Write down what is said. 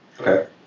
Okay